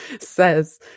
Says